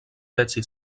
fets